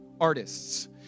artists